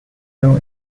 know